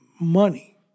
money